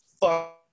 fuck